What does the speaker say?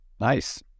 Nice